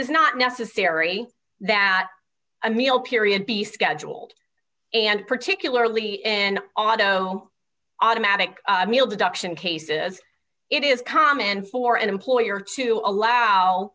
s not necessary that a meal period be scheduled and particularly in auto automatic deduction cases it is common for an employer to allow